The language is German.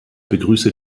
begrüße